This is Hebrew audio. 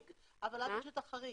אבל אז יש את החריג.